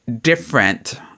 different